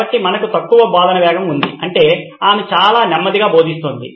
కాబట్టి మనకు తక్కువ బోధనవేగం ఉంది అంటే ఆమె చాలా నెమ్మదిగా భొదిస్తొంది